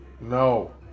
No